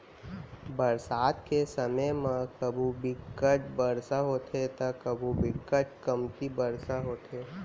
बरसात के समे म कभू बिकट बरसा होथे त कभू बिकट कमती बरसा होथे